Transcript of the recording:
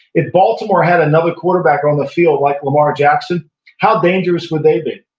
if baltimore had another quarterback on the field like lamar jackson how dangerous would they be?